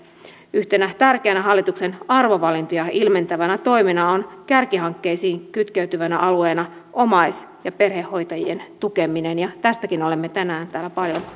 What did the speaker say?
yhtenä tärkeänä hallituksen arvovalintoja ilmentävänä toimena on kärkihankkeisiin kytkeytyvänä alueena omais ja perhehoitajien tukeminen ja tästäkin olemme tänään